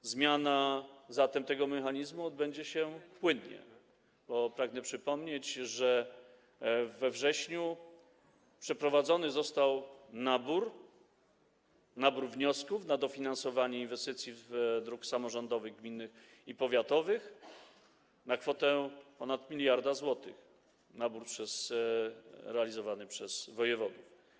A zatem zmiana tego mechanizmu odbędzie się płynnie, bo pragnę przypomnieć, że we wrześniu przeprowadzony został nabór, nabór wniosków na dofinansowanie inwestycji dróg samorządowych - gminnych i powiatowych - na kwotę ponad 1 mld zł, nabór realizowany przez wojewodów.